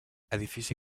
edifici